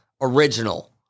original